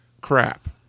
crap